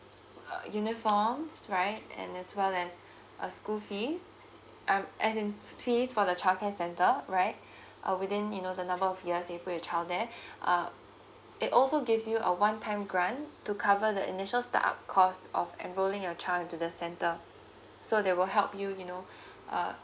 uniform right and as well as uh school fees um as in fee for the childcare center right uh within you know the number of years you put your child there uh it also gives you a one time grant to cover the initial start up costs of enrolling your child into the center so they will help you you know uh